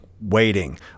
waiting